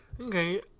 Okay